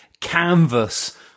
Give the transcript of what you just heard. canvas